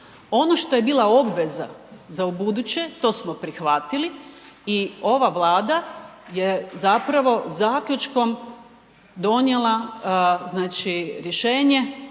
Ono što je bila obveza za ubuduće, to smo prihvatili i ova Vlada je zapravo zaključkom donijela znači rješenje